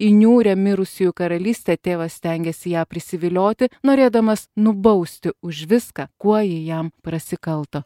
į niūrią mirusiųjų karalystę tėvas stengėsi ją prisivilioti norėdamas nubausti už viską kuo ji jam prasikalto